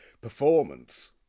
performance